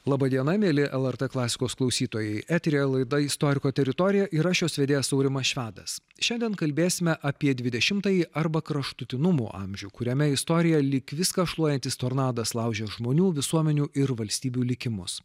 laba diena mieli lrt klasikos klausytojai eteryje laida istoriko teritorija ir aš jos vedėjas aurimas švedas šiandien kalbėsime apie dvidešimtąjį arba kraštutinumų amžių kuriame istorija lyg viską šluojantis tornadas laužė žmonių visuomenių ir valstybių likimus